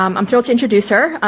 um i'm thrilled to introduce her.